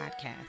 podcast